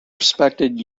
respected